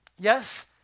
Yes